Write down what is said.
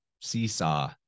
seesaw